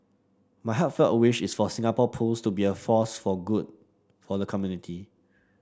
my heartfelt wish is for Singapore Pools to be a force for good for the community